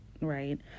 right